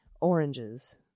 oranges